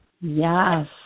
Yes